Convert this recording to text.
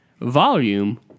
volume